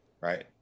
right